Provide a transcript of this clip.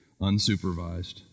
unsupervised